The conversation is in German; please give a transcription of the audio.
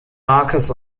marcus